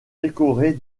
décorés